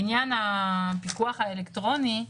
לעניין הפיקוח אלקטרוני,